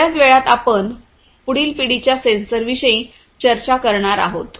थोड्याच वेळात आपण पुढील पिढीच्या सेन्सरविषयी चर्चा करणार आहोत